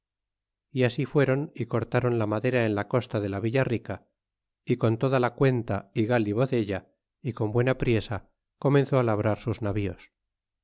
y así fuéron y cortaron la madera en la costa de la villa rica y con toda la cuenta y galivo della y con buena priesa comenzó á labrar sus navíos